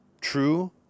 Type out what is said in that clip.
true